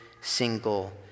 single